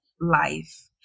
life